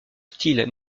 style